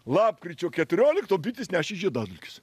lapkričio keturiolikto bitės nešė žiedadulkes